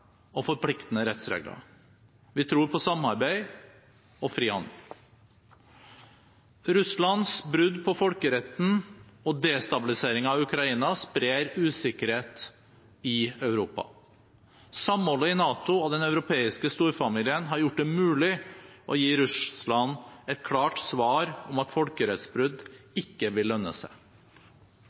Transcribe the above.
og forpliktende rettsregler. Vi tror på samarbeid og fri handel. Russlands brudd på folkeretten og destabiliseringen av Ukraina sprer usikkerhet i Europa. Samholdet i NATO og den europeiske storfamilien har gjort det mulig å gi Russland et klart svar om at folkerettsbrudd ikke vil lønne seg.